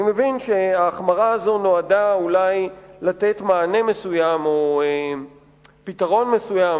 אני מבין שההחמרה הזאת נועדה אולי לתת מענה מסוים או פתרון מסוים